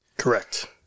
correct